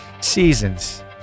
seasons